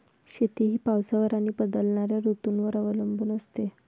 शेती ही पावसावर आणि बदलणाऱ्या ऋतूंवर अवलंबून असते